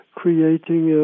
creating